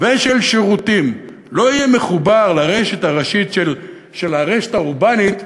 ושל שירותים לא יהיה מחובר לרשת הראשית של הרשת האורבנית,